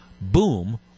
boom